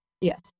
Yes